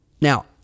now